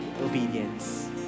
obedience